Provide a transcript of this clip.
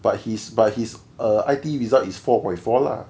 but his but his err I_T_E result is four point four lah